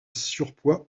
surpoids